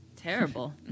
Terrible